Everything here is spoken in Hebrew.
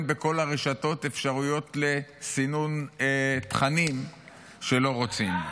בכל הרשתות אפשרויות לסינון תכנים שלא רוצים.